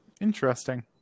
Interesting